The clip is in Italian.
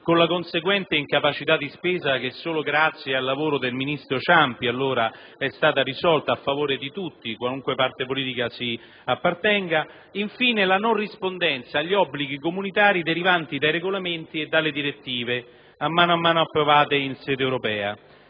con la conseguente incapacità di spesa che solo grazie al lavoro dell'allora ministro Ciampi è stata risolta a favore di tutti, a qualunque parte politica si appartenga; infine, la non rispondenza agli obblighi comunitari derivanti dai regolamenti e dalle direttive, a mano a mano approvate in sede europea.